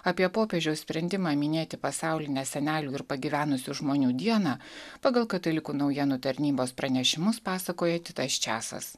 apie popiežiaus sprendimą minėti pasaulinę senelių ir pagyvenusių žmonių dieną pagal katalikų naujienų tarnybos pranešimus pasakoja titas čiasas